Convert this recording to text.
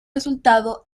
resultado